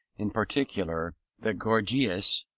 in particular the gorgias,